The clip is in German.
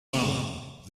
wahr